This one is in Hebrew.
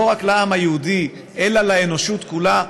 לא רק לעם היהודי אלא לאנושות כולה.